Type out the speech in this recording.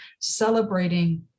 celebrating